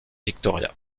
victoria